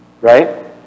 right